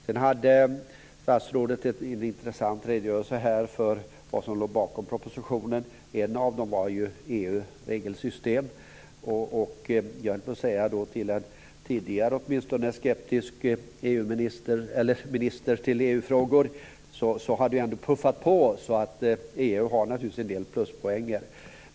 Sedan lämnade statsrådet en intressant redogörelse för vad som låg bakom propositionen. En sak var ju EU:s regelsystem. Då vill jag säga till en tidigare skeptisk minister till EU-frågor att det ändå har puffat på detta. EU har naturligtvis en del pluspoäng.